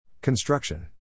Construction